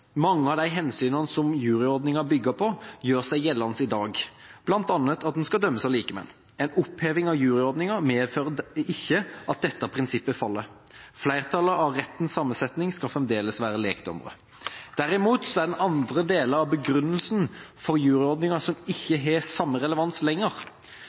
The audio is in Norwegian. Mange av de hensynene som juryordninga bygger på, gjør seg gjeldende i dag, bl.a. at man skal dømmes av likemenn. En oppheving av juryordninga medfører ikke at dette prinsippet faller. Flertallet i rettens sammensetning skal fremdeles være lekdommere. Derimot er det andre deler av begrunnelsen for juryordninga som ikke har samme relevans lenger.